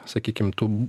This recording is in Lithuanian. sakykim tų